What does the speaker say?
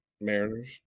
Mariners